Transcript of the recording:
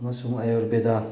ꯑꯃꯁꯨꯡ ꯑꯌꯨꯔꯕꯦꯗꯥ